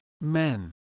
men